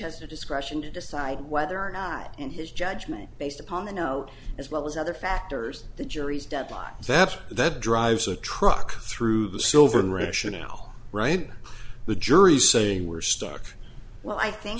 has the discretion to decide whether or not in his judgment based upon the know as well as other factors the jury's deadline that's that drives a truck through the sylvan rationale right the jury saying we're stuck well i think